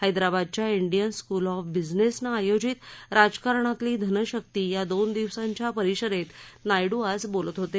हैदराबादच्या Indian school of बिजनेसनं आयोजित राजकारणातली धनशक्ति या दोन दिवसांच्या परिषदेत नायडू आज बोलत होते